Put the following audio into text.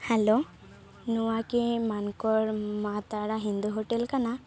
hello ᱱᱚᱣᱟ ᱠᱤ ᱢᱟᱱᱠᱚᱲ ᱢᱟ ᱛᱟᱨᱟ ᱦᱤᱱᱫᱩ ᱦᱳᱴᱮᱞ ᱠᱟᱱᱟ